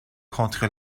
contre